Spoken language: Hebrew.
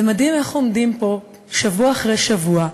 זה מדהים איך עומדים פה שבוע אחרי שבוע,